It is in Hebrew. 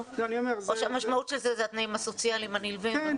או שהמשמעות של זה אלה התנאים הסוציאליים הנלווים?